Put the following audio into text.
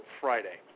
Friday